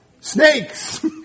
Snakes